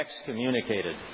excommunicated